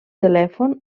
telèfon